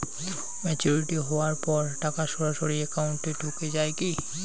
Maturity হওয়ার পর টাকা সরাসরি একাউন্ট এ ঢুকে য়ায় কি?